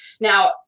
Now